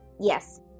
Yes